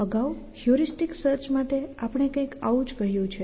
અગાઉ heuristic search માટે આપણે કંઈક આવું જ કહ્યું છે